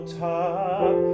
top